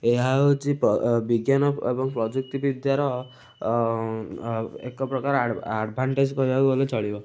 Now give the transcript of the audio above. ଏହା ହେଉଛି ବିଜ୍ଞାନ ଏବଂ ପ୍ରଯୁକ୍ତିବିଦ୍ୟାର ଏକ ପ୍ରକାର ଆଡ଼ଭାନଟେଜ୍ କହିବାକୁ ଗଲେ ଚଳିବ